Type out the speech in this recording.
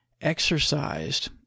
exercised